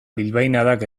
bilbainadak